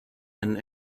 and